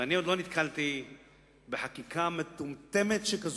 ואני עוד לא נתקלתי בחקיקה מטומטמת שכזו.